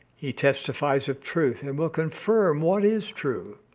he testifies of truth and will confirm what is true